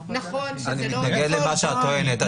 אני מתנגד למה שאת טוענת.